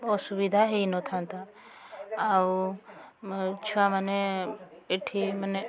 ଅସୁବିଧା ହେଇନଥାନ୍ତା ଆଉ ଛୁଆମାନେ ଏଠି ମାନେ